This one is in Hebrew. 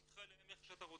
תקרא להם איך שאתה רוצה.